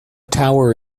tower